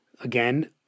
again